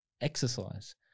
exercise